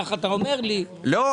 ככה אתה אומר לי --- לא,